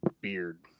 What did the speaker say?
beard